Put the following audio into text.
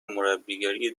مربیگری